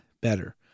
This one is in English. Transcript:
better